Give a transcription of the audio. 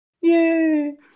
yay